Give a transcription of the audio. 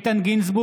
בעד איתן גינזבורג,